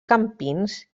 campins